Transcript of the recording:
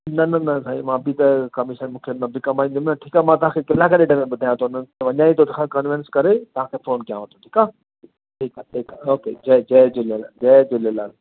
न न न भई मां बि त कमीशन मूंखे मां बि कमाईंदुमि न ठीकु आहे मां तव्हांखे कलाक ॾेढ में ॿुधायां थो वञा ई थो कनवेंस करे तव्हांखे फ़ोन कयांव थो ठीकु आहे ठीकु आहे ठीकु ओके जय जय झूलेलाल जय झूलेलाल